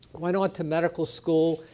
went on to medical school,